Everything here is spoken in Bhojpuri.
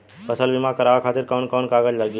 फसल बीमा करावे खातिर कवन कवन कागज लगी?